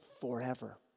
forever